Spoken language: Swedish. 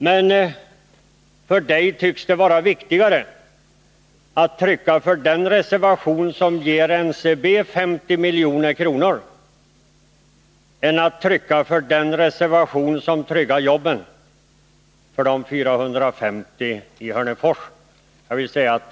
Men för henne tycks det vara viktigare att rösta för den reservation som ger NCB 50 milj.kr. än att rösta för den reservation som tryggar jobben för de 450 anställda i Hörnefors.